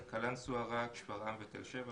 קלנסואה, רהט, שפרעם ותל שבע.